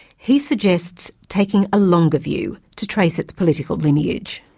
he suggests taking a longer view to trace its political lineage.